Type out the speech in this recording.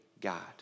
God